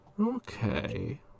Okay